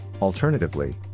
alternatively